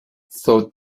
thought